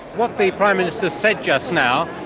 what the prime minister said just now,